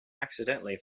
accidentally